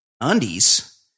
undies